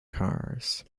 cars